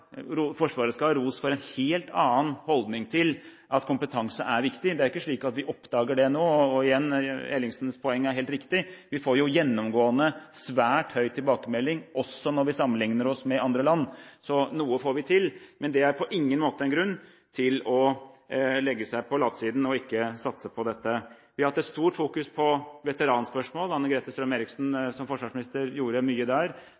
Forsvaret skal ha ros for en helt annen holdning til at kompetanse er viktig. Det er ikke slik at vi oppdager det nå. Igjen: Ellingsens poeng er helt riktig. Vi får jo gjennomgående svært god tilbakemelding, også når vi sammenligner oss med andre land. Så noe får vi til, men det er på ingen måte en grunn til å legge seg på latsiden og ikke satse på dette. Vi har fokusert mye på veteranspørsmål. Anne-Grete Strøm-Erichsen som forsvarsminister gjorde mye der.